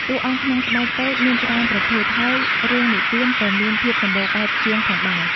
តួអង្គក្នុងស្បែកតូចមានច្រើនប្រភេទ ហើយរឿងនិទានក៏មានភាពសម្បូរបែបជាងផងដែរ។